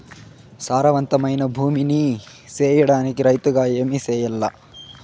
సారవంతమైన భూమి నీ సేయడానికి రైతుగా ఏమి చెయల్ల?